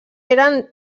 eren